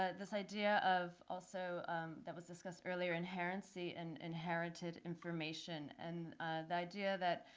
this idea of also that was discussed earlier, inherency, and inherited information, and the idea that,